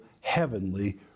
heavenly